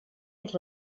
els